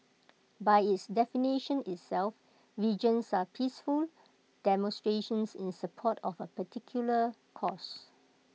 by its definition itself vigils are peaceful demonstrations in support of A particular cause